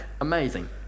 Amazing